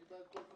כל תנאי.